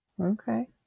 Okay